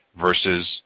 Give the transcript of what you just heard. versus